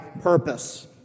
purpose